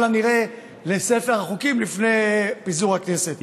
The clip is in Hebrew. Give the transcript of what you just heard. הנראה לספר החוקים לפני פיזור הכנסת.